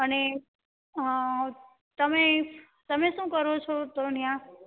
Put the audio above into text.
અને તમે તમે શું કરો છો તો ત્યાં